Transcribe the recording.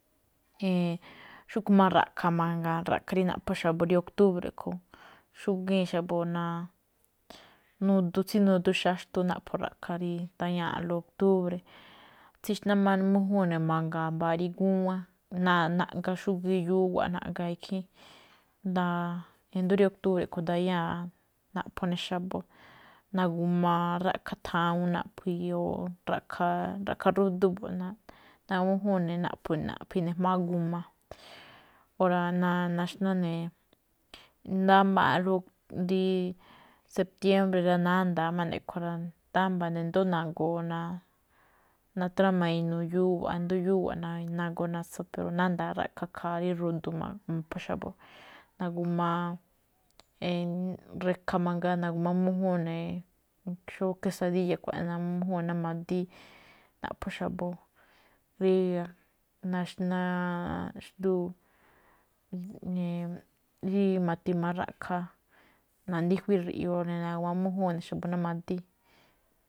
Xúꞌkhue̱n máꞌ ra̱ꞌkha̱ mangaa, ra̱ꞌkha̱ rí naꞌpho̱ xa̱bo̱ rí oktúbre̱ a̱ꞌkhue̱n. Xúgíin xa̱bo̱ tsí nudu xaxtu naꞌpho̱ ra̱ꞌkha̱, rí ndañáa̱ꞌlóꞌ oktúbre̱, tsíxná máꞌ mújúun ne̱ mangaa mbaa rí ngúwán, naꞌga xúgíí yúwa̱ꞌ, naꞌga ikhín, nda̱a̱, i̱ndo̱ó rí oktúbre̱ a̱ꞌkhue̱n ndayáa rí naꞌpho̱ ne̱ xa̱bo̱, na̱g a ra̱ꞌkha̱ thawuun naꞌphii̱ o ra̱ꞌkha̱, ra̱ꞌkha̱ rudu mbo̱ꞌ, na̱gu̱ma mújúun ne̱, naꞌphi̱i̱ ne̱ ga̱jma̱á g a. Óra̱ na- naxná ne̱, ndámbáa̱nꞌlóꞌ rí sektiémbre̱ rá, nánda̱a̱má ne̱ a̱ꞌkhue̱n rá. Ndámba̱ ne̱ i̱ndo̱ó nagoo na- nátrama ne̱ inuu yúwa̱ꞌ. I̱ndo̱ó yuwa̱ꞌ na̱goo natso, nánda̱a̱ ra̱ꞌkha̱ ikhaa rí rudu mo̱pho̱ xa̱bo̱. Na̱gu̱maa rekha mangaa na̱gu̱ma mújúun ne̱, xó kesadíya̱ xkuaꞌnii, na̱gu̱ma mújún ne̱ ná madíí, naꞌpho̱ xa̱bo̱. Rí naxná xndúu ri- rí ma̱tima ra̱ꞌkha̱, na̱ndífuíi ri̱ꞌyu̱u̱ ne̱, na̱g a mújúun ne̱ ene̱ xa̱bo̱ ná madíí.